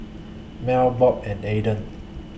Mel Bob and Eden